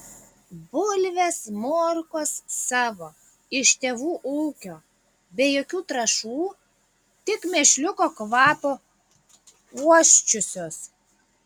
bulvės morkos savo iš tėvų ūkio be jokių trąšų tik mėšliuko kvapo uosčiusios